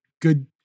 good